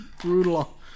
brutal